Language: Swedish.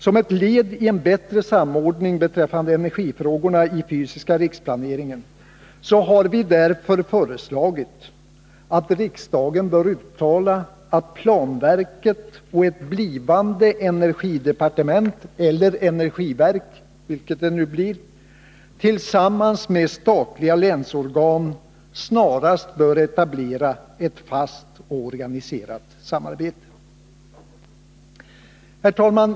Som ett led i en bättre samordning beträffande energifrågorna i den fysiska riksplaneringen har vi därför föreslagit att riksdagen bör uttala att planverket och ett blivande energidepartement eller energiverk — vilket det nu blir — tillsammans med statliga länsorgan snarast bör etablera ett fast och organiserat samarbete. Herr talman!